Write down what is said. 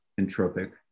entropic